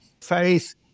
faith